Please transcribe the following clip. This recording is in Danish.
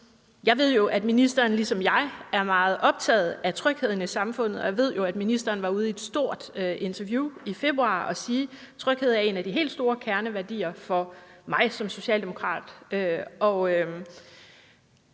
jeg ved jo, at ministeren ligesom mig er meget optaget af trygheden i samfundet, og jeg ved, at ministeren sagde i et stort interview i februar, at tryghed er en af de helt store kerneværdier for ham som socialdemokrat.